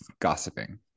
gossiping